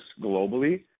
globally